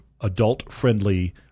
adult-friendly